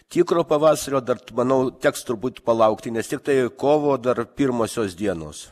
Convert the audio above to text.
tikro pavasario dar manau teks truputį palaukti nes tiktai kovo dar pirmosios dienos